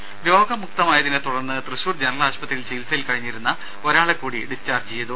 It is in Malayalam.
രുമ രോഗവിമുക്തനായതിനെ തുടർന്ന് തൃശൂർ ജനറൽ ആശുപത്രിയിൽ ചികിത്സയിൽ കഴിഞ്ഞിരുന്ന ഒരാളെ കൂടി ഡിസ്ചാർജ്ജ് ചെയ്തു